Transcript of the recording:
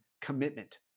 commitment